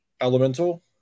Elemental